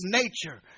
nature